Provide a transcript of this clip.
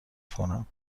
کنم